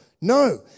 no